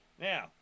Now